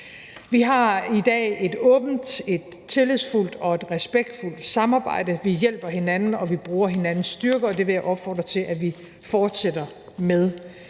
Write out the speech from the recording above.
Vi har i dag et åbent, et tillidsfuldt og et respektfuldt samarbejde. Vi hjælper hinanden, og vi bruger hinandens styrker, og det vil jeg opfordre til at vi fortsætter med.